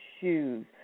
shoes